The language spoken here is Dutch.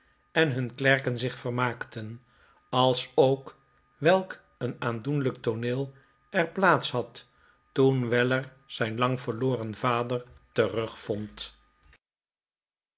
en hun klerken zich vermaakten alsook welk een aandoenlijk tooneel er plaats had toen weller zijn lang verloren vader terugvond